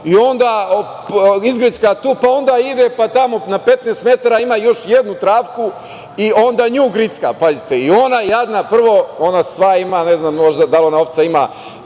onda izgricka tu, pa onda ide tamo na 15 metara ima još jednu travku i onda nju gricka. Pazite, ona jadna, ona sva ima, ne znam, možda da li ona ovca ima